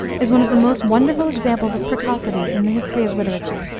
is one of the most wonderful examples of precocity in the history of literature.